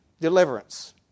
deliverance